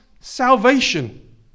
salvation